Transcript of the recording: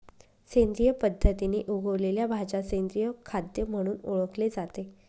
सेंद्रिय पद्धतीने उगवलेल्या भाज्या सेंद्रिय खाद्य म्हणून ओळखले जाते